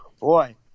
boy